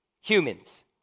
humans